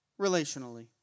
relationally